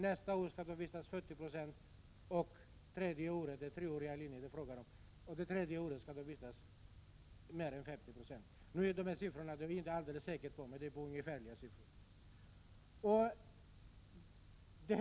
Nästa år skall de vistas där 40 90 av tiden och tredje året — det är treåriga linjer det är fråga om — skall de vistas mer än 50 96 av tiden på arbetsplatsen. Detta är ungefärliga siffror, som jag inte är alldeles säker på.